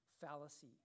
fallacy